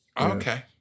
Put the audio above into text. Okay